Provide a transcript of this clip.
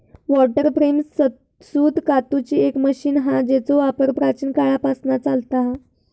water frame सूत कातूची एक मशीन हा जेचो वापर प्राचीन काळापासना चालता हा